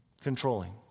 Controlling